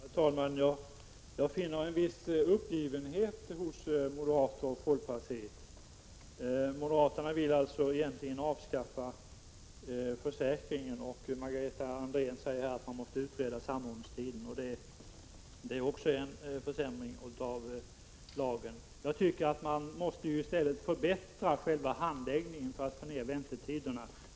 Fru talman! Jag finner en viss uppgivenhet hos moderater och folkpartister. Moderaterna vill alltså egentligen avskaffa försäkringen. Och folkpartiet säger genom Margareta Andrén att man måste utreda samordningstiden — det innebär också en försämring av lagen. Jag tycker att man i stället måste förbättra själva handläggningen, för att få ned väntetiderna.